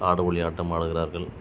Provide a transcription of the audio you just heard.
ஆடுபுலி ஆட்டம் ஆடுகிறார்கள்